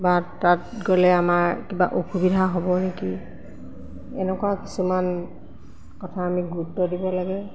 বা তাত গ'লে আমাৰ কিবা অসুবিধা হ'ব নেকি এনেকুৱা কিছুমান কথা আমি গুৰুত্ব দিব লাগে